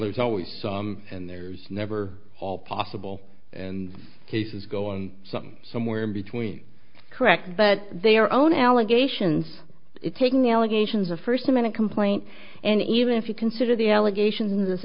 there's always some and there's never all possible and cases go on something somewhere in between correct but they are only allegations taking allegations of first amended complaint and even if you consider the allegations i